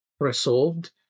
resolved